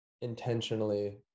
intentionally